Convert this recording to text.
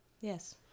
Yes